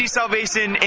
Salvation